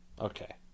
Okay